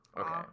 Okay